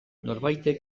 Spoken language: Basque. norbaitek